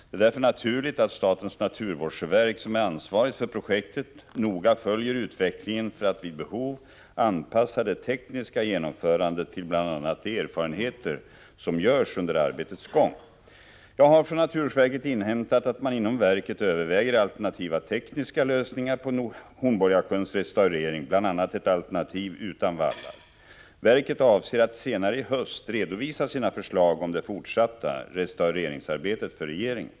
Det är därför naturligt att statens naturvårdsverk, som är ansvarigt för projektet, noga följer utvecklingen för att vid behov anpassa det tekniska genomförandet till bl.a. de erfarenheter som görs under arbetets gång. Jag har från naturvårdsverket inhämtat att man inom verket överväger alternativa tekniska lösningar på Hornborgasjöns restaurering, bl.a. ett alternativ utan vallar. Verket avser att senare i höst redovisa sina förslag om det fortsatta restaureringsarbetet för regeringen.